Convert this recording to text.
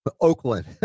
Oakland